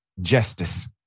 justice